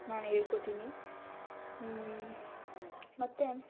ನಾನು ಹೇಳ್ಕೊತಿನಿ ಮತ್ತೆ